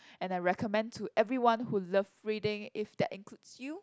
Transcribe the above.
and I recommend to everyone who love reading if that includes you